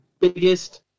biggest